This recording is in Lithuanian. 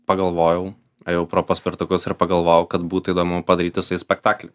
pagalvojau ėjau pro paspirtukus ir pagalvojau kad būtų įdomu padaryti su jais spektaklį